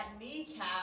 kneecap